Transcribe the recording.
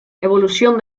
evolución